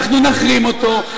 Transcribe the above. אנחנו נחרים אותו,